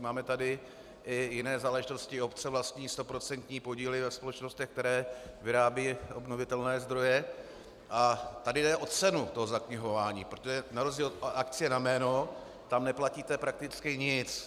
Máme tady i jiné záležitosti obce vlastní stoprocentní podíly ve společnostech, které vyrábějí obnovitelné zdroje, a tady jde o cenu toho zaknihování, protože na rozdíl od akcie na jméno tam neplatíte prakticky nic.